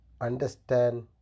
understand